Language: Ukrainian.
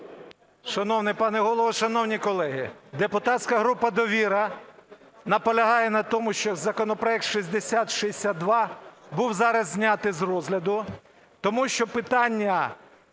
Депутатська група "Довіра" наполягає на тому, щоб законопроект 6062 був зараз знятий з розгляду, тому що питання